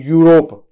Europe